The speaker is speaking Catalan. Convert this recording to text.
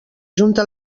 junta